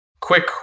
Quick